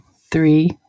three